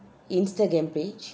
instagram page